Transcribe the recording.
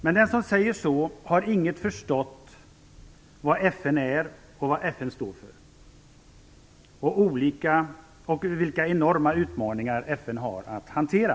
Men den som säger så har inte förstått vad FN är, vad FN står för och vilka enorma utmaningar FN har att hantera.